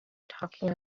talking